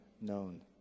known